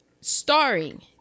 Starring